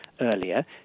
earlier